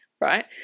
right